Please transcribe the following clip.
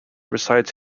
resides